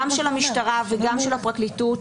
גם של המשטרה וגם של הפרקליטות,